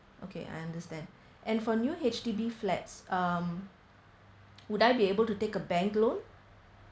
okay I understand and for new H_D_B flats um would I be able to take a bank loan